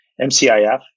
MCIF